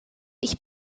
ich